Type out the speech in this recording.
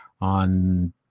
on